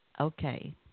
okay